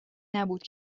نبود